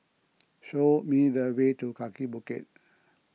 show me the way to Kaki Bukit